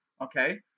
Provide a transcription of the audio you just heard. okay